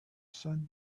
sunrise